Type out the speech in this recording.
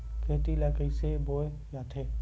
खेती ला कइसे बोय जाथे?